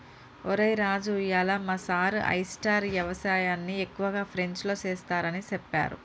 ఒరై రాజు ఇయ్యాల మా సారు ఆయిస్టార్ యవసాయన్ని ఎక్కువగా ఫ్రెంచ్లో సెస్తారని సెప్పారు